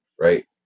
right